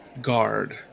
guard